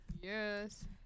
Yes